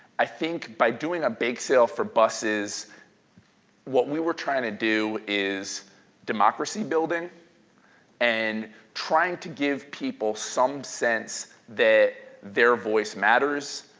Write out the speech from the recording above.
i think, by doing a bake sale for buses what we were trying to do is democracy building and trying to give people some sense that their voice matters,